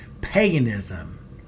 paganism